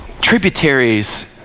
tributaries